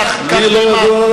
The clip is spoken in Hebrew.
כך נאמר.